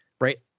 right